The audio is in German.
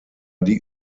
die